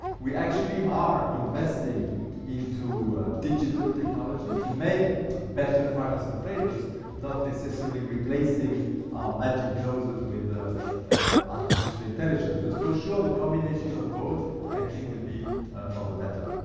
we actually are investing into digital technologies to make better fragrances and flavors not necessarily replacing our magic noses with ah artificial intelligence but for sure the combination of both i think will be for the better.